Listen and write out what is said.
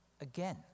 Again